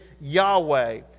Yahweh